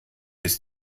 ist